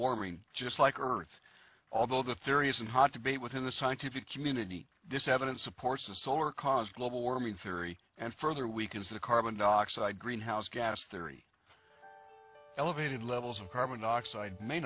warming just like earth although the theory is in hot debate within the scientific community this evidence supports the solar cause global warming theory and further weakens the carbon dioxide greenhouse gas theory elevated levels of carbon dioxide may